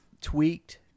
tweaked